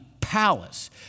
palace